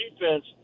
defense